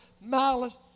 malice